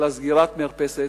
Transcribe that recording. אלא סגירת מרפסת,